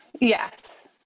Yes